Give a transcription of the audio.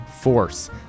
force